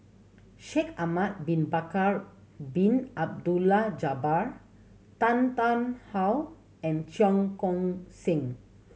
Shaikh Ahmad Bin Bakar Bin Abdullah Jabbar Tan Tarn How and Cheong Koon Seng